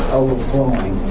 overflowing